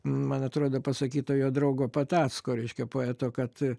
man atrodo pasakyta jo draugo patacko reiškia poeto kad